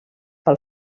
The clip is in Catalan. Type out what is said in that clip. pel